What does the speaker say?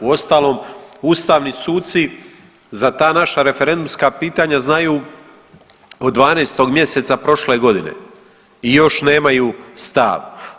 Uostalom ustavni suci za ta naša referendumska pitanja znaju od 12. mjeseca prošle godine i još nemaju stav.